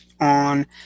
on